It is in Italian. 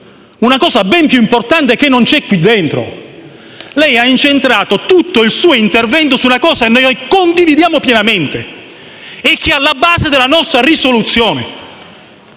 cosa ben più importante che non c'è qui dentro. Lei ha incentrato tutto il suo intervento su una cosa che condividiamo pienamente e che è alla base della nostra risoluzione.